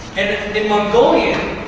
in mongolian,